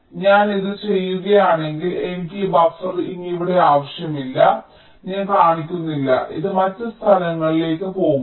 അതിനാൽ ഞാൻ ഇത് ചെയ്യുകയാണെങ്കിൽ എനിക്ക് ഈ ബഫർ ഇനി ഇവിടെ ആവശ്യമില്ല ഞാൻ കാണിക്കുന്നില്ല ഇത് മറ്റ് സ്ഥലങ്ങളിലേക്കും പോകാം